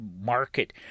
market